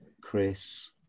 Chris